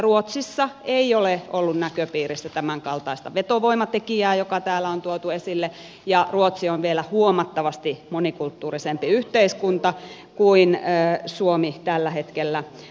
ruotsissa ei ole ollut näköpiirissä tämänkaltaista vetovoimatekijää joka täällä on tuotu esille ja ruotsi on vielä huomattavasti monikulttuurisempi yhteiskunta kuin suomi tällä hetkellä on